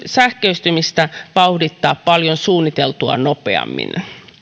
sähköistymistä vauhdittaa paljon suunniteltua nopeammin